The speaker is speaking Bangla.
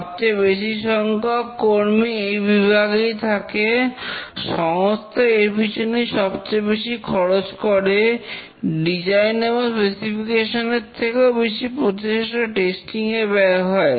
সবচেয়ে বেশি সংখ্যক কর্মী এই বিভাগেই থাকে সংস্থা এর পিছনেই সবচেয়ে বেশি খরচ করে ডিজাইন এবং স্পেসিফিকেশন এর থেকেও বেশি প্রচেষ্টা টেস্টিং এ ব্যয় হয়